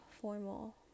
formal